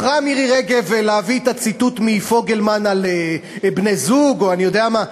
בחרה מירי רגב להביא את הציטוט מפוגלמן על בני-זוג או אני יודע מה,